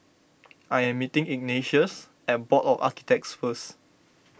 I am meeting Ignatius at Board of Architects first